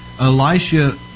Elisha